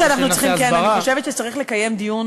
שיפסיקו להסית,